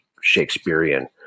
Shakespearean